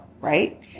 right